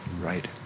Right